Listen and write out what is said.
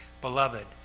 Beloved